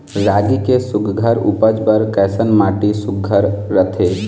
रागी के सुघ्घर उपज बर कैसन माटी सुघ्घर रथे?